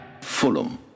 Fulham